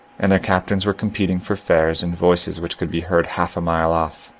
and their captains were competing for fares in voices which could be heard half a mile off.